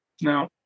No